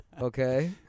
Okay